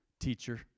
teacher